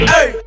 Hey